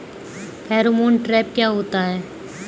Pheromone trap क्या होता है?